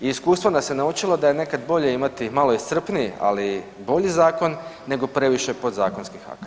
I iskustvo nas je naučilo da je nekad bolje imati malo iscrpniji, ali bolji zakon nego previše podzakonskih akata.